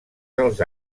dels